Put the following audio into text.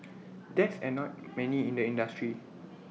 that's annoyed many in the industry